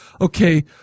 okay